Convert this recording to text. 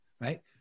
right